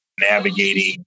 Navigating